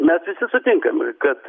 mes visi sutinkam kad